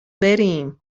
بریم